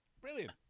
Brilliant